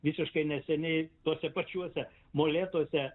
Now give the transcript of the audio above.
visiškai neseniai tose pačiuose molėtuose